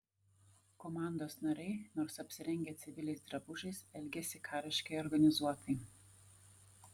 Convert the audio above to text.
komandos nariai nors apsirengę civiliais drabužiais elgėsi kariškai organizuotai